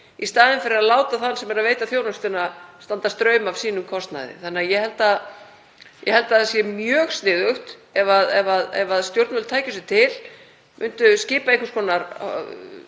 í staðinn fyrir að láta þann sem veitir þjónustuna standa straum af sínum kostnaði. Ég held því að það væri mjög sniðugt ef stjórnvöld tækju sig til og myndu skipa einhvers konar